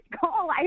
call